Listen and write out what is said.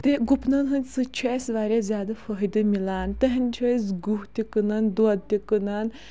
تہِ گُپنَن ہٕنٛدۍ سۭتۍ چھُ اسہِ واریاہ زیادٕ فٲیدٕ مِلان تٕہٕنٛدۍ چھِ أسۍ گُہہ تہِ کٕنان دۄد تہِ کٕنان